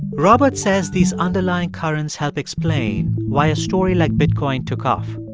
robert says these underlying currents help explain why a story like bitcoin took off.